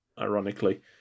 ironically